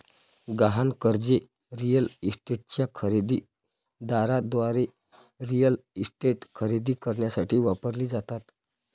गहाण कर्जे रिअल इस्टेटच्या खरेदी दाराद्वारे रिअल इस्टेट खरेदी करण्यासाठी वापरली जातात